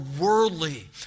worldly